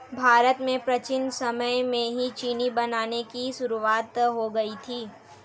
भारत में प्राचीन समय में ही चीनी बनाने की शुरुआत हो गयी थी